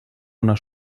una